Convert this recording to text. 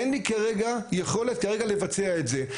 אין לי כרגע יכולת לבצע את זה.